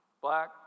black